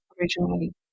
originally